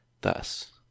Thus